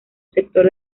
sector